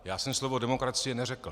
Já jsem slovo demokracie neřekl.